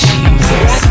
Jesus